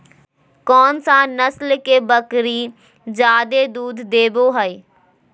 कौन सा नस्ल के बकरी जादे दूध देबो हइ?